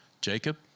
Jacob